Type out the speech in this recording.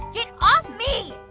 get off me.